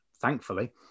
thankfully